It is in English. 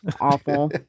Awful